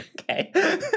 Okay